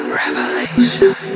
revelation